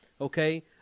okay